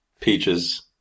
peaches